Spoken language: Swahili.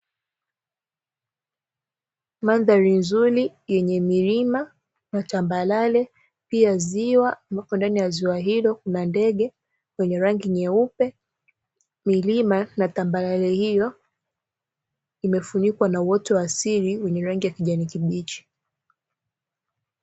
Mandhari nzuri yenye milima na tambarale pia ziwa ambapo ndani ya ziwa hilo kuna ndege wenye rangi nyeupe. Milima na tambarale hiyo imefunikwa na uoto wa asili wenye rangi ya kijani kibichi.